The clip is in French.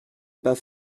pas